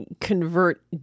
convert